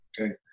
okay